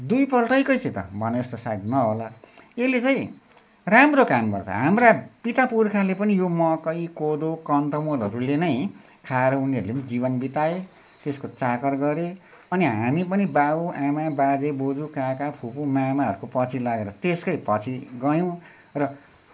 दुईपल्टैकै चाहिँ त भने जस्तो सायद नहोला यसले चाहिँ राम्रो काम गर्छ हाम्रा पितापुर्खाले पनि यो मकै कोदो कन्तमूलहरूले नै खाएर उनीहरूले पनि जीवन बिताए त्यसको चाकर गरे अनि हामी पनि बाबुआमा बाजेबोजु काका फुपू मामाहरूको पछि लागेर त्यसकै पछि गयौँ र